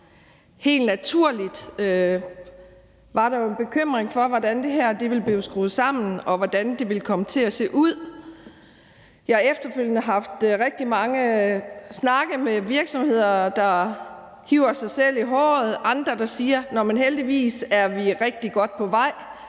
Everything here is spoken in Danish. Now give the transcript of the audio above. Helt naturligt var der jo en bekymring for, hvordan det her ville blive skruet sammen, og hvordan det ville komme til at se ud. Jeg har efterfølgende haft rigtig mange snakke med virksomheder, der hiver sig selv i håret. Andre siger: Heldigvis er vi rigtig godt på vej